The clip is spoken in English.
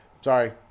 sorry